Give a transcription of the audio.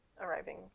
arriving